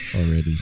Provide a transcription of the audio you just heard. already